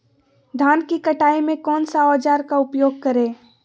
धान की कटाई में कौन सा औजार का उपयोग करे?